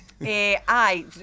Aye